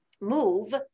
move